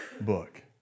book